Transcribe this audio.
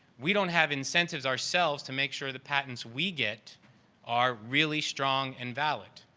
we don't have incentives ourselves to make sure the patents we get are really strong and valid.